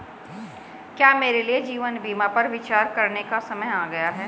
क्या मेरे लिए जीवन बीमा पर विचार करने का समय आ गया है?